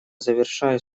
завершаю